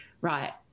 right